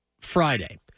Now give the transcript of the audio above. Friday